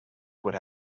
would